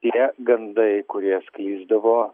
tie gandai kurie sklisdavo